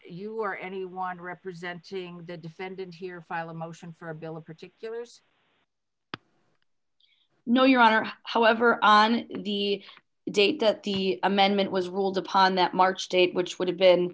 you or anyone representing the defendant here file a motion for bill of particulars no your honor however on the date that the amendment was ruled upon that march date which would have been